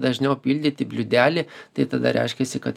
dažniau pildyti bliūdelį tai tada reiškiasi kad